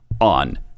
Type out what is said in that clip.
on